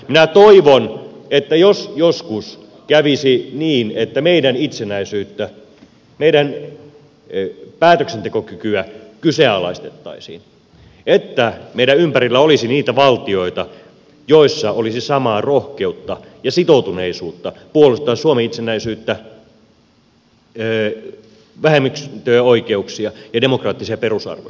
minä toivon että jos joskus kävisi niin että meidän itsenäisyyttämme meidän päätöksentekokykyämme kyseenalaistettaisiin niin meidän ympärillämme olisi niitä valtioita joissa olisi samaa rohkeutta ja sitoutuneisuutta puolustaa suomen itsenäisyyttä vähemmistöjen oikeuksia ja demokraattisia perusarvoja